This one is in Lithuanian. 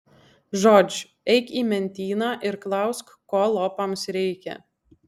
žodž eik į mentyną ir klausk ko lopams reikia